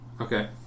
Okay